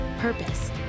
purpose